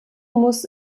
muss